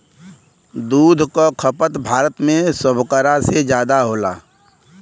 दूध क खपत भारत में सभकरा से जादा होला